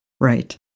Right